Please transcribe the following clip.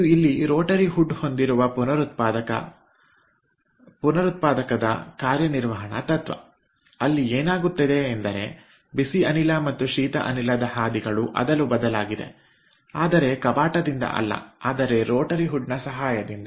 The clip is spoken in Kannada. ಇದು ಇಲ್ಲಿ ರೋಟರಿ ಹುಡ್ ಹೊಂದಿರುವ ಪುನರುತ್ಪಾದಕದ ಕಾರ್ಯ ನಿರ್ವಹಣ ತತ್ವ ಅಲ್ಲಿ ಏನಾಗುತ್ತಿದೆ ಎಂದರೆ ಬಿಸಿ ಅನಿಲ ಮತ್ತು ಶೀತ ಅನಿಲದ ಹಾದಿಗಳು ಅದಲು ಬದಲಾಗಿದೆ ಆದರೆ ಕವಾಟದಿಂದ ಅಲ್ಲ ಆದರೆ ರೋಟರಿ ಹುಡ್ನ ಸಹಾಯದಿಂದ